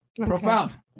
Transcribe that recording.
profound